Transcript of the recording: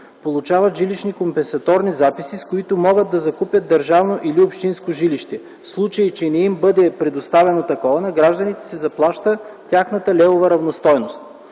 получават жилищни компенсаторни записи, с които могат да закупят държавно или общинско жилище. В случай, че не им бъде предоставено такова, на гражданите се изплаща тяхната левова равностойност.